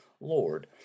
Lord